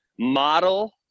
model